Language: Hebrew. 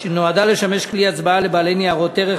שנועדה לשמש כלי הצבעה לבעלי ניירות ערך,